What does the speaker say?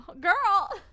girl